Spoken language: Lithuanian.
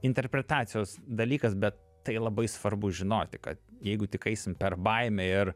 interpretacijos dalykas bet tai labai svarbu žinoti kad jeigu tik eisim per baimę ir